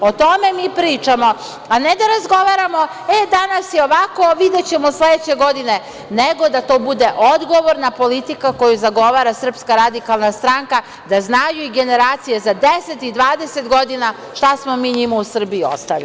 O tome mi pričamo, a ne da razgovaramo – e, danas je ovako, videćemo sledeće godine, nego da to bude odgovorna politika koju zagovara SRS, da znaju i generacije za 10 i 20 godina šta smo mi njima u Srbiji ostavili.